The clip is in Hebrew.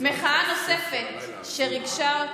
מחאה נוספת שריגשה אותי,